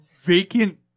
Vacant